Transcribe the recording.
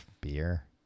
Beer